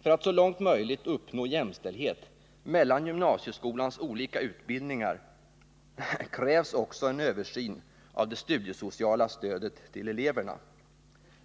För att så långt som möjligt uppnå jämställdhet mellan gymnasieskolans olika utbildningar krävs också en översyn av det studiesociala stödet till eleverna.